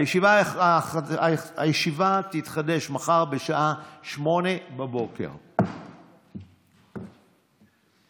הישיבה תתחדש מחר בשעה 08:00. (הישיבה